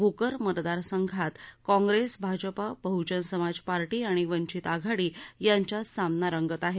भोकर मतदार संघात काँग्रेस भाजपा बहूजन समाज पार्टी आणि वंचित आघाडी यांच्यात सामना रंगत आहे